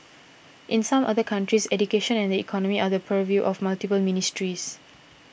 in some other countries education and the economy are the purview of multiple ministries